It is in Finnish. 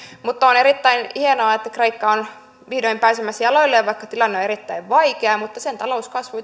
on erittäin hienoa että kreikka on vihdoin pääsemässä jaloilleen vaikka tilanne on erittäin vaikea sen talouskasvu